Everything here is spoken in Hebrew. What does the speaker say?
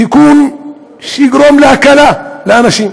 תיקון שיגרום הקלה לאנשים,